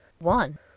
one